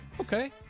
Okay